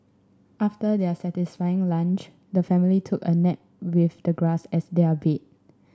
after their satisfying lunch the family took a nap with the grass as their bed